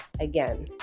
again